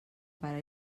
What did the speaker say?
pare